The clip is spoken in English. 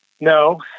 No